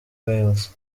wales